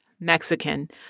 Mexican